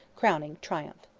crowning triumph.